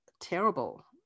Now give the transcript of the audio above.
terrible